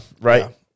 right